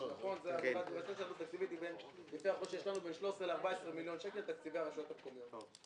העלות התקציבית היא בין 13 ל-14 מיליון שקלים תקציבי הרשויות המקומיות,